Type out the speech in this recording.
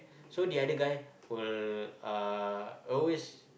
so the other guy will uh always